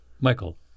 Michael